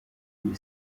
iri